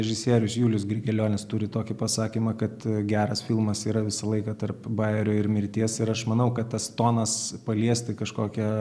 režisierius julius grigelionis turi tokį pasakymą kad geras filmas yra visą laiką tarp bajerio ir mirties ir aš manau kad tas tonas paliesti kažkokią